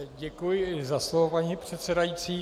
Děkuji za slovo, paní předsedající.